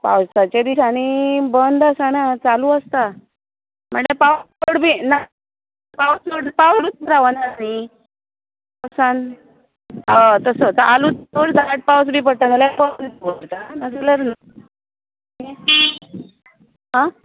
पावसाच्या दिसांनी बंद आसना चालू आसता म्हणल्यार पावस चड बी येना पावस चड पावसूच रावना न्ही पावसांत हय तसोच चालूच चड जाल्यार चड पडटा जाल्यार बंद बी दवरतात नाजाल्यार ना आं